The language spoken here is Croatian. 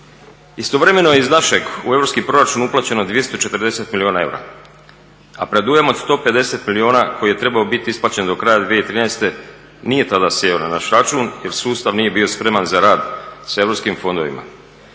Istovremeno je iz našeg u europski proračun uplaćeno 240 milijuna eura, a predujam od 150 milijuna koji je trebao biti isplaćen do kraja 2013. nije tada sjeo na naš račun jer sustav nije bio spreman za rad s europskim fondovima.